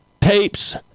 tapes